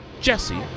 Jesse